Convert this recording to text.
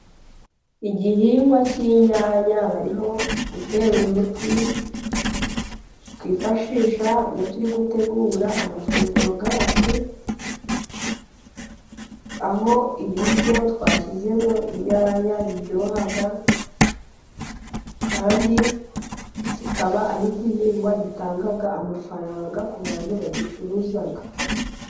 Igihingwa cy'inyanya barimo gutera umuti, twifashisha iyo turi gutegura amafunguro yacu, aho ibiryo twashyizemo inyanya biryoha kandi kikaba ari igihingwa gitanga amafaranga ku bantu bagicuruza.